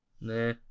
Nah